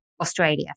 Australia